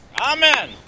Amen